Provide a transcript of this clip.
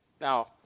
Now